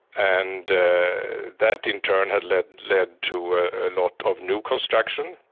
and that in turn had led led to a lot of new construction,